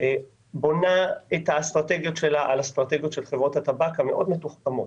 בונה את האסטרטגיות שלה על אסטרטגיות של חברות הטבק המאוד מתוחכמות.